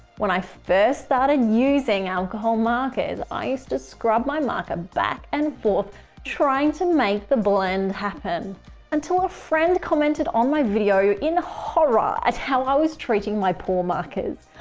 when i first started using alcohol makers, i used to scrub my marker back and forth trying to make the blend happen until a friend commented on my video in horror ah at how i was treating my poor markers.